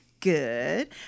Good